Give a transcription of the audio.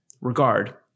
regard